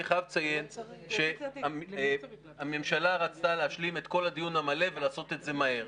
אני חייב לציין שהממשלה רצתה להשלים את כל הדיון המלא ולעשות את זה מהר.